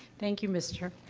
thank you, mr.